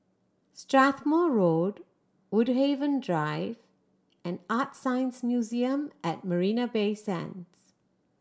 Strathmore Road Woodhaven Drive and ArtScience Museum at Marina Bay Sands